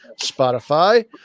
Spotify